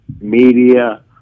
media